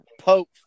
Pope